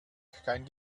kein